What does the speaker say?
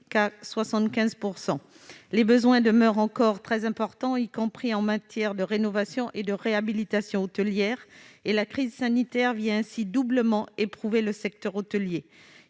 Les besoins demeurent très importants, y compris en matière de rénovation et de réhabilitation hôtelière. La crise sanitaire vient doublement éprouver le secteur hôtelier.